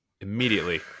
immediately